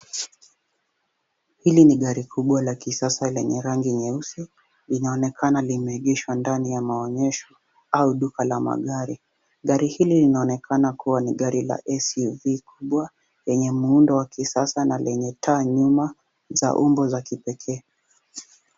Gari kubwa la kisasa lenye rangi nyeusi. Linaonekana limeegeshwa ndani ya maegesho au duka la magari. Gari hili linaonekana kuwa ni gari la Suv kubwa lenye muundo wa kisasa na taa nyuma zenye umbo la kipeke.